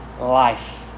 life